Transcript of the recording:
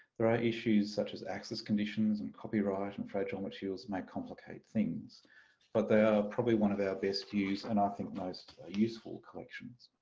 there are issues such as access conditions and copyright and fragile materials may complicate things but they are probably one of our best used and i think most ah useful collections.